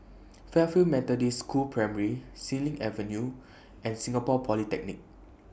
Fairfield Methodist School Primary Xilin Avenue and Singapore Polytechnic